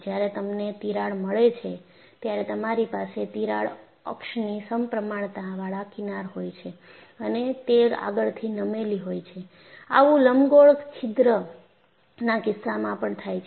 જ્યારે તમને તિરાડ મળે છે ત્યારે તમારી પાસે તિરાડ અક્ષની સમપ્રમાણતાવાળા કિનાર હોય છે અને તે આગળથી નમેલી હોય છે આવું લંબગોળ છિદ્રના કિસ્સામાં પણ થાય છે